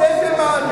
שדה תימן,